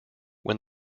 when